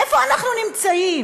איפה אנחנו נמצאים?